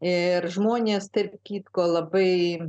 ir žmonės tarp kitko labai